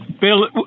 Bill